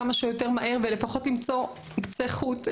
כמה שיותר מהר ולפחות למצוא קצה חוט,